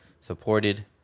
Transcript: supported